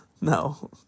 No